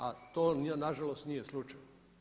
A to nažalost nije slučaj.